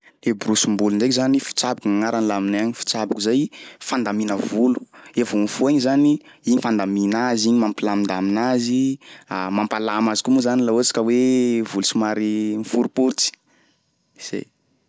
Io borosim-bolo ndraiky zany fitsaboky gny agnarany laha aminay agny, fitsaboky zay fandamina volo, iha vô mifoha igny zany igny fandamina azy igny mampilamindamina azy mampalama azy koa moa zany laha ohatsy ka hoe volo somary miforiporitsy zay.